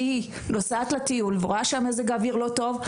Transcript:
על כך שהיא נוסעת לטיול ורואה שמזג האוויר לא טוב,